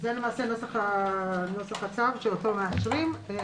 זה למעשה נוסח הצו שאותו מאשרים.